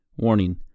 Warning